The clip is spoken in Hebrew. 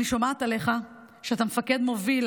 אני שומעת עליך שאתה מפקד מוביל,